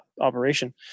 operation